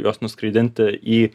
juos nuskraidinti į